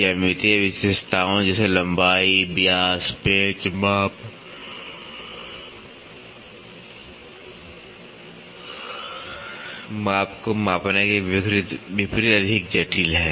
ज्यामितीय विशेषताओं जैसे लंबाई व्यास पेंच माप को मापने के विपरीत अधिक जटिल है